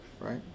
right